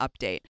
update